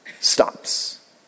stops